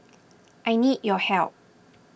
I need your help